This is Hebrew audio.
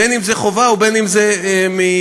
בין אם זה חובה ובין אם זה התנדבות.